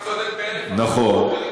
צודק באלף אחוז.